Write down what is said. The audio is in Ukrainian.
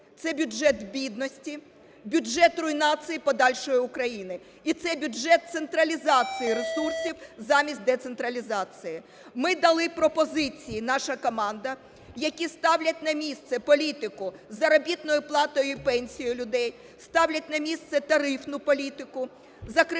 це бюджет бідності, бюджет руйнації подальшої України і це бюджет централізації ресурсів замість децентралізації. Ми дали пропозиції, наша команда, які ставлять на місце політику з заробітною платою і пенсією людей, ставлять на місце тарифну політику, закривають